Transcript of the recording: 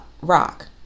rock